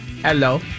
Hello